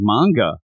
Manga